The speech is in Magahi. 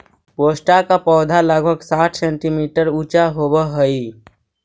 पोस्ता का पौधा लगभग साठ सेंटीमीटर ऊंचा होवअ हई